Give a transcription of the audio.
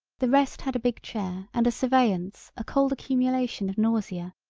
the rest had a big chair and a surveyance a cold accumulation of nausea,